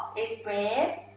is breast,